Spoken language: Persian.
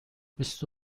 بیست